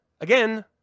again